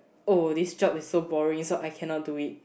oh this job is so boring so I cannot do it